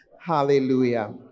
Hallelujah